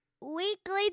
weekly